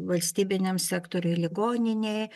valstybiniam sektoriuj ligoninėj